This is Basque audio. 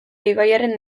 ibaiaren